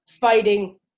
fighting